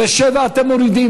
ואת 7, אתם מורידים?